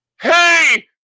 Hey